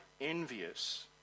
envious